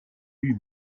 lui